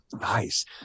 nice